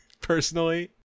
personally